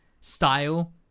style